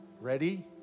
ready